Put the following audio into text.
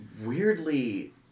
weirdly